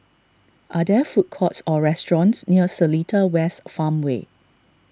are there food courts or restaurants near Seletar West Farmway